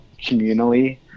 communally